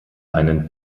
einen